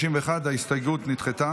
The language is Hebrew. הסתייגות 1 לא נתקבלה.